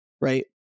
right